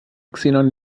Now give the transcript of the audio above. xenon